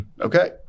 Okay